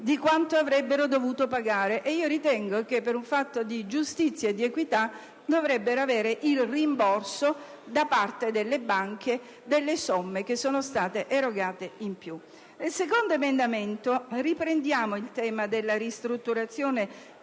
di quanto avrebbero dovuto pagare, e ritengo che per un fatto di giustizia ed equità dovrebbero avere il rimborso da parte delle banche delle somme erogate in più. Quanto all'emendamento 4.6, in esso riprendiamo il tema della ristrutturazione